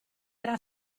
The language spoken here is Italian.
era